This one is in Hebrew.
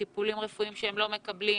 טיפולים רפואיים שהם לא מקבלים,